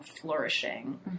flourishing